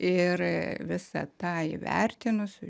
ir visą tą įvertinus